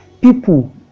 People